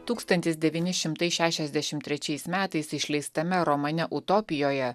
tūkstantis devyni šimtai šešiasdešimt trečiais metais išleistame romane utopijoje